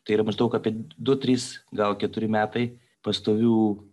tai yra maždaug apie du trys gal keturi metai pastovių